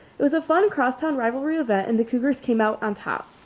it was a fun cross-turned rivalry event and the cougars came out on top.